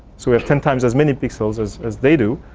so we have ten times as many pixels as as they do.